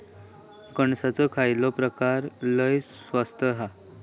कणसाचो खयलो प्रकार लय स्वस्त हा?